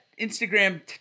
Instagram